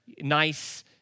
nice